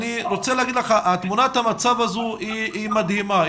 אני רוצה לומר לך שתמונת המצב הזו היא מדהימה,